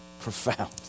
Profound